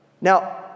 Now